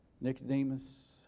Nicodemus